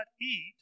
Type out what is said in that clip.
eat